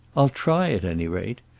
i'll try at any rate.